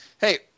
hey